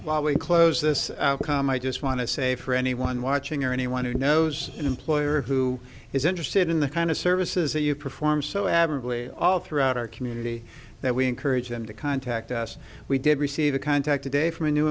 while we close this calm i just want to say for anyone watching or anyone who knows an employer who is interested in the kind of services that you perform so admirably all throughout our community that we encourage them to contact us we did receive a contact today from a new